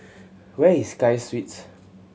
where is Sky Suites